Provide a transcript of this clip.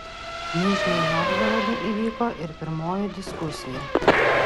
nižnij novgorode įvyko ir pirmoji diskusija